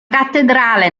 cattedrale